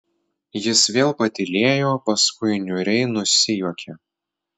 jis vėl patylėjo paskui niūriai nusijuokė